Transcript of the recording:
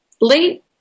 late